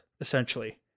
essentially